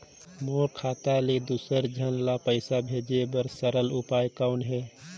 मोर खाता ले दुसर झन ल पईसा भेजे बर सरल उपाय कौन हे?